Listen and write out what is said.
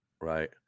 Right